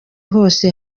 hose